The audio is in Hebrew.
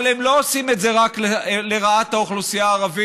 אבל הם לא עושים את זה לרעת האוכלוסייה הערבית,